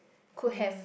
could have